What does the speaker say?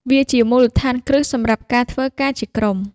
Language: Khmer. វាជាមូលដ្ឋានគ្រឹះសម្រាប់ការធ្វើការជាក្រុម។